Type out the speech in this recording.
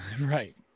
right